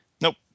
nope